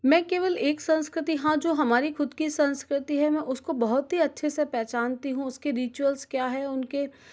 मैं केवल एक संस्कृति हाँ जो हमारी ख़ुद की संस्कृति है मैं उसको बहुत ही अच्छे से पहचानती हूँ उस के रिचुअल्स क्या है उन के